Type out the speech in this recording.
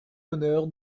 bonheur